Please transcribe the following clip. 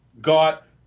got